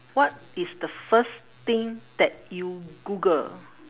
what is the first thing that you google